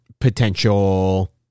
Potential